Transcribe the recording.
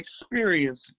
experience